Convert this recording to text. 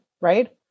right